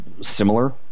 similar